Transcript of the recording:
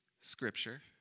Scripture